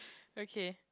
okay